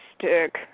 stick